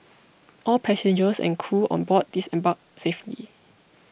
all passengers and crew on board disembarked safely